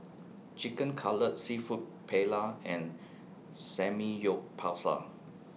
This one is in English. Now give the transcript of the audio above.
Chicken Cutlet Seafood Paella and Samgyeopsal